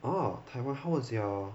oh Taiwan how was your